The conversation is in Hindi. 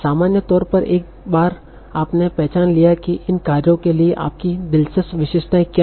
सामान्य तौर पर एक बार आपने पहचान लिया कि इन कार्यों के लिए आपकी दिलचस्प विशेषताएं क्या हैं